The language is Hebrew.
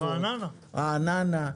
רעננה,